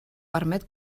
permet